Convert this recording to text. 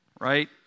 right